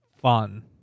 fun